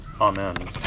Amen